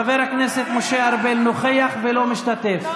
חבר הכנסת משה ארבל נוכח ולא משתתף,